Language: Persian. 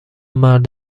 مرد